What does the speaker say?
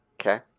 Okay